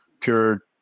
pure